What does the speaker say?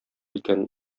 икәнен